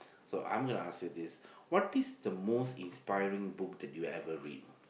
so I'm gonna ask you this what is the most inspiring book that you ever read